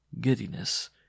giddiness